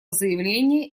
заявление